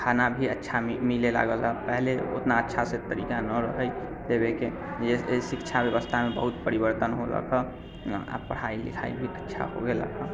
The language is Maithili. खाना भी अच्छा मिलै लागल हइ पहले ओतना अच्छा से तरीका नहि रहै देबैके जे शिक्षा व्यवस्थामे बहुत परिवर्तन होलक हँ आब पढ़ाइ लिखाइ भी अच्छा हो गेलक हँ